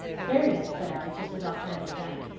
bury them said i, just as off-hand as that.